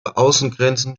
außengrenzen